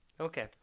Okay